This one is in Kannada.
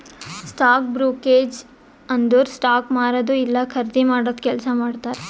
ಸ್ಟಾಕ್ ಬ್ರೂಕ್ರೆಜ್ ಅಂದುರ್ ಸ್ಟಾಕ್ಸ್ ಮಾರದು ಇಲ್ಲಾ ಖರ್ದಿ ಮಾಡಾದು ಕೆಲ್ಸಾ ಮಾಡ್ತಾರ್